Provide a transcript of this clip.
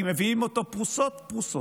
כי מביאים אותו פרוסות-פרוסות,